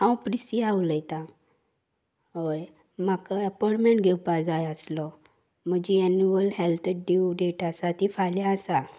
हांव प्रिसिया उलयतां हय म्हाका एपॉयंमेंट घेवपा जाय आसलो म्हजी एन्युअल हेल्थ ड्यू डेट आसा ती फाल्यां आसा